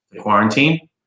quarantine